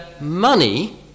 money